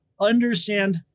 understand